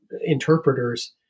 interpreters